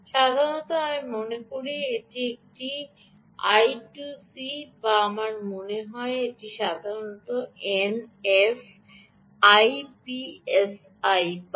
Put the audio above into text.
সাধারণত আমি মনে করি এটি সাধারণত I2C বা আমার মনে হয় এটি সাধারণত এনএফ এর এসপিআই বাস